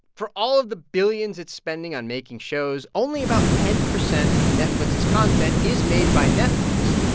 for all of the billions it's spending on making shows, only about ten percent of netflix's content is made by netflix.